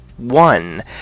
one